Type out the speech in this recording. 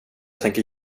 tänker